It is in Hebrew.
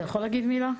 אתה יכול להגיד מילה,